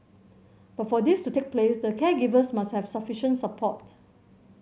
but for this to take place the caregivers must have sufficient support